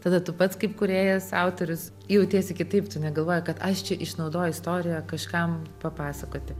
tada tu pats kaip kūrėjas autorius jautiesi kitaip tu negalvoji kad aš čia išnaudoju istoriją kažkam papasakoti